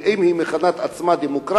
ואם היא מכנה את עצמה דמוקרטית,